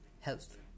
health